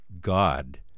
God